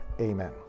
Amen